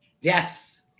Yes